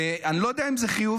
ואני לא יודע אם זה חיובי,